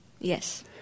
Yes